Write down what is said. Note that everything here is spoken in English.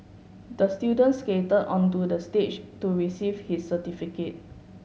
the student skated onto the stage to receive his certificate